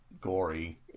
gory